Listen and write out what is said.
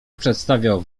przedstawiał